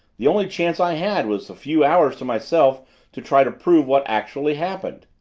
the only chance i had was a few hours to myself to try to prove what actually happened.